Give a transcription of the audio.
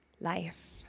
life